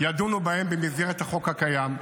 וידונו בהם במסגרת החוק הקיים.